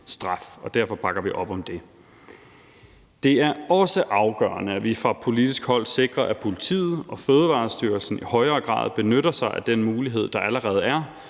straf. Derfor bakker vi op om det. Det er også afgørende, at vi fra politisk hold sikrer, at politiet og Fødevarestyrelsen i højere grad benytter sig af den mulighed, der allerede er,